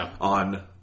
on